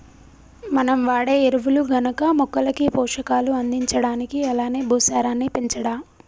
మనం వాడే ఎరువులు గనక మొక్కలకి పోషకాలు అందించడానికి అలానే భూసారాన్ని పెంచడా